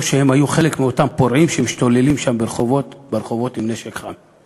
או שהם היו חלק מאותם פורעים שמשתוללים שם ברחובות עם נשק חם.